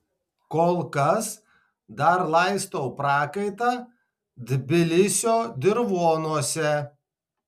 kol kas dar laistau prakaitą tbilisio dirvonuose